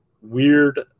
weird